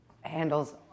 handles